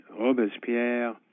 Robespierre